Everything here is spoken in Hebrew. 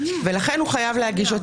ולכן הוא חייב להגיש.